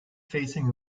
facing